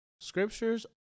Scriptures